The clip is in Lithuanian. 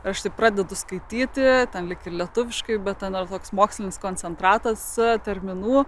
aš pradedu skaityti tam lyg ir lietuviškai bet ten ar toks mokslinis koncentratas terminų